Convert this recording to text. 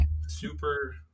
super